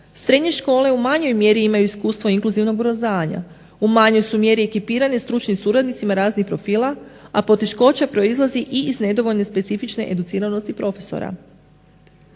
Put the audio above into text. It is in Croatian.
Srednje škole u manjoj mjeri imaju iskustva inkluzivnog ubrzanja, u manjoj su mjeri ekipirani stručni suradnici raznih profila, a poteškoća proizilazi i iz nedovoljne specifične educiranosti profesora.